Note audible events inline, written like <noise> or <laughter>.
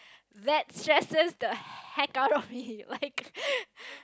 that's stresses the heck out of me like <laughs>